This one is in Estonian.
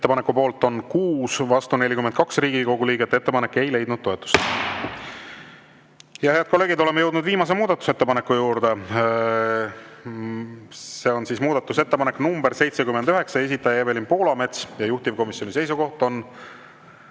Ettepaneku poolt on 6, vastu 42 Riigikogu liiget. Ettepanek ei leidnud toetust. Head kolleegid, oleme jõudnud viimase muudatusettepaneku juurde. See on muudatusettepanek nr 79, esitaja Evelin Poolamets, juhtivkomisjoni seisukoht on